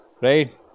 Right